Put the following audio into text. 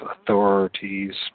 authorities